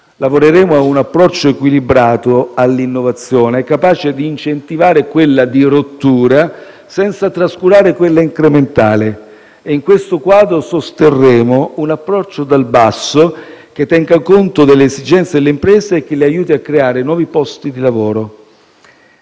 Lavoreremo a un approccio equilibrato all'innovazione, capace di incentivare quella di rottura, senza trascurare quella incrementale. In questo quadro, sosterremo un approccio dal basso che tenga conto delle esigenze delle imprese e le aiuti a creare nuovi posti di lavoro.